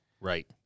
Right